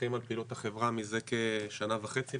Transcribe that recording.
מפקחים על פעילות החברה מזה כשנה וחצי,